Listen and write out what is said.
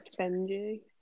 Benji